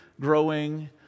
growing